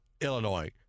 Illinois